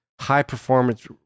high-performance